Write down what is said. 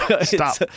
Stop